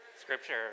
Scripture